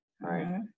Right